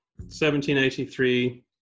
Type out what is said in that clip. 1783